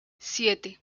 siete